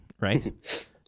Right